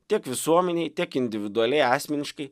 tiek visuomenei tiek individualiai asmeniškai